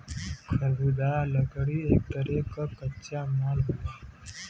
खरबुदाह लकड़ी एक तरे क कच्चा माल होला